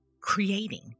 creating